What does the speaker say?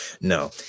no